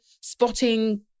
spotting